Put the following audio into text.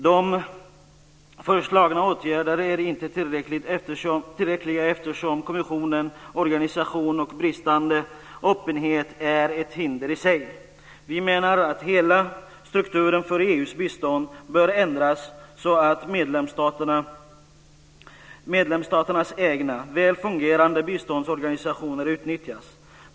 De föreslagna åtgärderna är inte tillräckliga, eftersom kommissionens organisation och bristande öppenhet är ett hinder i sig. Vi menar att hela strukturen för EU:s bistånd bör ändras så att medlemsstaternas egna väl fungerande biståndsorganisationer utnyttjas.